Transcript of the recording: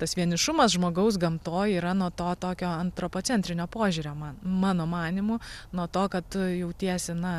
tas vienišumas žmogaus gamtoj yra nuo to tokio antropocentrinio požiūrio man mano manymu nuo to kad tu jautiesi na